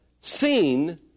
seen